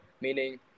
meaning